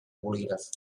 bolígraf